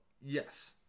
Yes